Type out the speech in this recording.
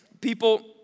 People